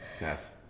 Yes